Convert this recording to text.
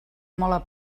molt